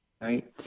right